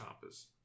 compass